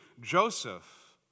Joseph